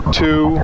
two